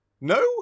No